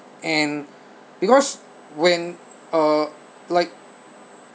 and because when uh like